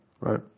Right